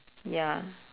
ya